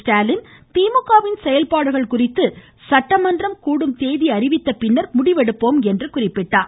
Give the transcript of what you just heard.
ஸ்டாலின் திமுகவின் செயல்பாடுகள் குறித்து சட்டமன்றம் கூடும் தேதி அறிவித்த பிறகு முடிவெடுப்போம் என்று கூறினார்